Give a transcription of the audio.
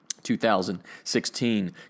2016